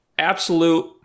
Absolute